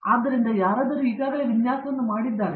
ಆದ್ದರಿಂದ ಯಾರಾದರೂ ಈಗಾಗಲೇ ವಿನ್ಯಾಸವನ್ನು ಮಾಡಿದ್ದಾರೆ